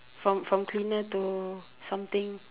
from from cleaner to something